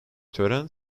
tören